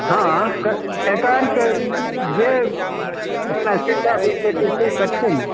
हँ सरकार तऽ जे ओकरा चिन्ता बुझि पड़ै छै से करतै ने